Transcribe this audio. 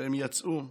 שהם יצאו,